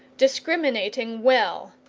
discriminating well,